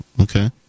Okay